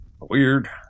weird